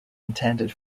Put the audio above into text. intended